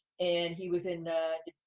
and he was in